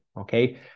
okay